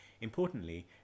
Importantly